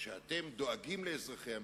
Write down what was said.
שאתם דואגים לאזרחי המדינה,